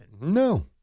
No